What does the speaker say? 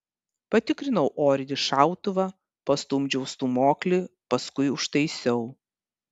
patikrinau orinį šautuvą pastumdžiau stūmoklį paskui užtaisiau